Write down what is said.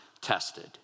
tested